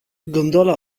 gondola